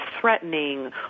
threatening